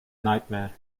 nightmare